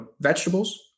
vegetables